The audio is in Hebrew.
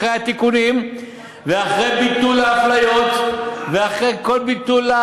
אחרי תיקונים ואחרי ביטול האפליות ואחרי ביטול כל